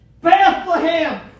Bethlehem